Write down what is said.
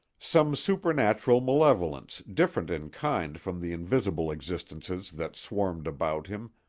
some supernatural malevolence different in kind from the invisible existences that swarmed about him,